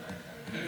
ביטון,